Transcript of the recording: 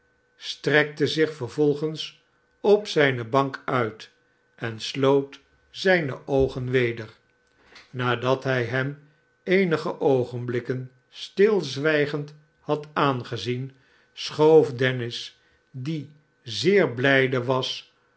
strekte zich vervolgens op zijne bank uit en sloot zijne oogen weder nadat hij hem eenige oogenblikken stilzwijgend had aangezien r schoof dennis die zeer blijde was